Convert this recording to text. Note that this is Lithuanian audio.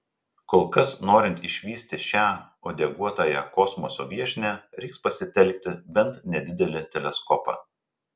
kol kas norint išvysti šią uodeguotąją kosmoso viešnią reiks pasitelkti bent nedidelį teleskopą